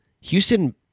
Houston